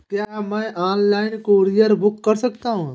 क्या मैं online courier book कर सकता हूँ?